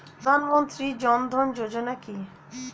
প্রধানমন্ত্রী জনধন যোজনা কি?